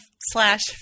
slash